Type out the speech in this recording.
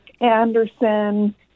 Anderson